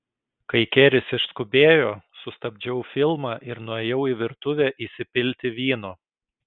kai keris išskubėjo sustabdžiau filmą ir nuėjau į virtuvę įsipilti vyno